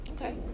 Okay